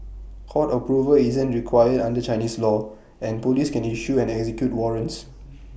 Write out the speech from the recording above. court approval isn't required under Chinese law and Police can issue and execute warrants